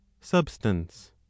substance